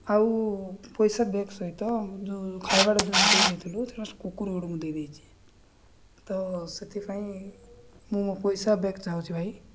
ଆଉ ପଇସା ବ୍ୟାକ୍ ସହିତ ଯେଉଁ ଖାଇବାଟେ ଯେଉଁ ଦେଇ ଦେଇଥିଲୁ ସେଟ କୁକୁର ମୁଁ ଦେଇ ଦେଇଛି ତ ସେଥିପାଇଁ ମୁଁ ମୋ ପଇସା ବ୍ୟାକ୍ ଚାହୁଛି ଭାଇ